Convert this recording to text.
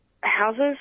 houses